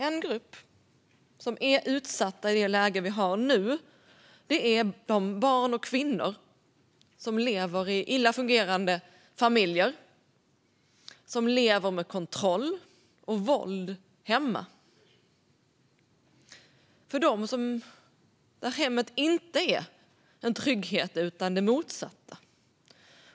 En grupp som är utsatt i det läge vi har nu är de barn och kvinnor som lever i illa fungerande familjer, som lever med kontroll och våld hemma och där hemmet inte är en trygghet utan det motsatta.